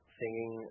singing